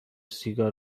سیگار